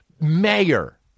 mayor